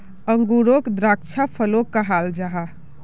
अन्गूरोक द्राक्षा फलो कहाल जाहा